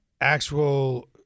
actual